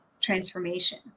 transformation